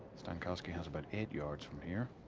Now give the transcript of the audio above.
stankowski has about eight yards from here.